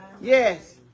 Yes